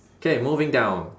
K moving down